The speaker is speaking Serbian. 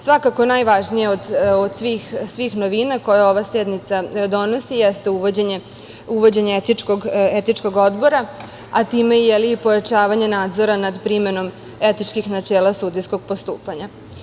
Svakako, najvažnija od svih novina koje ova sednica donosi, jeste uvođenje Etičkog odbora, a time i pojačavanje nadzora nad primenom etičkih načela sudijskog postupanja.